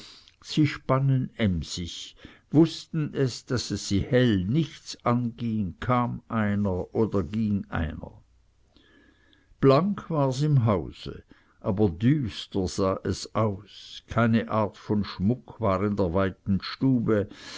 sie spannen emsig wußten es daß es sie hell nichts anging kam einer oder ging einer blank wars im hause aber düster sah es aus keine art von schmuck war in der weiten stube